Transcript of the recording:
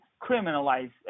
criminalize